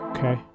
Okay